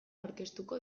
aurkeztuko